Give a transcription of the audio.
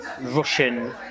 Russian